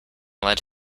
led